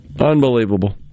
Unbelievable